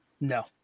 No